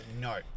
no